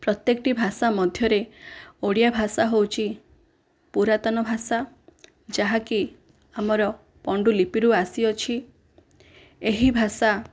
ପ୍ରତ୍ୟେକ ଟି ଭାଷା ମଧ୍ୟରେ ଓଡ଼ିଆ ଭାଷା ହେଉଛି ପୁରାତନ ଭାଷା ଯାହାକି ଆମର ପଣ୍ଡୁଲିପିରୁ ଆସି ଅଛି ଏହି ଭାଷା